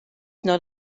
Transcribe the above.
not